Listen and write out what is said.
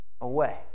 away